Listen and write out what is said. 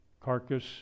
carcass